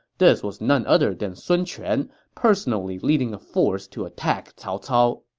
this was none other than sun quan, personally leading a force to attack cao cao.